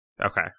Okay